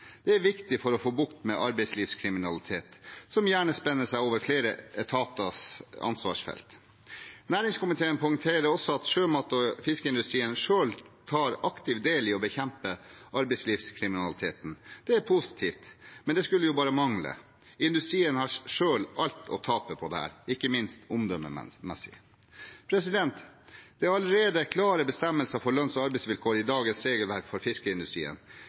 Det er viktig for å få bukt med arbeidslivskriminalitet, som gjerne spenner over flere etaters ansvarsfelt. Næringskomiteen poengterer også at sjømat- og fiskeindustrien selv tar aktivt del i å bekjempe arbeidslivskriminaliteten. Det er positivt, men det skulle jo bare mangle. Industrien har selv alt å tape på dette, ikke minst omdømmemessig. Det er allerede klare bestemmelser for lønns- og arbeidsvilkår i dagens regelverk for fiskeindustrien.